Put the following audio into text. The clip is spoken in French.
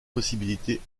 possibilités